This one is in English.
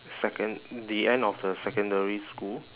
second~ the end of the secondary school